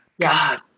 God